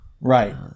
Right